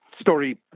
story